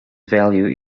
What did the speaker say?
value